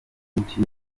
byinshi